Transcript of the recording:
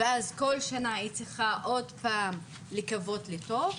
ואז כל שנה היא צריכה עוד פעם לקוות לטוב,